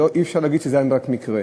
אי-אפשר להגיד שזה היה רק מקרה.